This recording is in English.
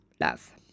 love